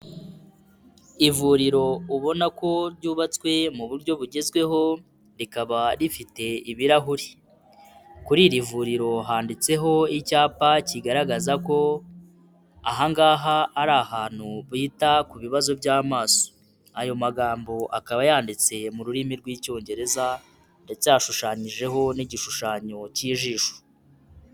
Ivuriro ubona ko ryubatswe mu buryo bugezweho, rikaba rifite ibirahuri, kuri iri vuriro handitseho icyapa kigaragaza ko aha ngaha ari ahantu bita ku bibazo by'amaso, ayo magambo akaba yanditse mu rurimi rw'Icyongereza hashushanyijeho n'igishushanyo k'ijisho.